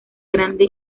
grande